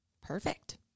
Perfect